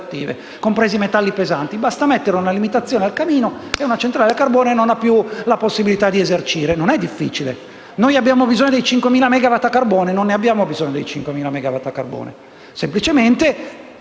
e metalli pesanti. Basta imporre una limitazione al camino e una centrale a carbone non ha più la possibilità di esercire. Non è difficile. Abbiamo bisogno di 5.000 megawatt a carbone? Non abbiamo bisogno di 5.000 megawatt a carbone, ma semplicemente